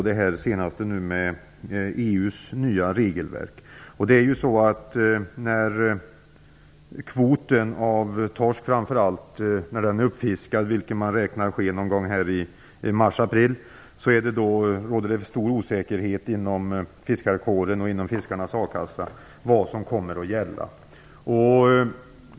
Det senaste problemområdet är EU:s regelverk. Det råder stor osäkerhet inom fiskarkåren och inom fiskarnas a-kassa om vad som kommer att gälla när kvoten, framför allt vad gäller torsk, är uppfiskad, vilket enligt vad man räknar med skall ske i mars-april.